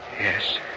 Yes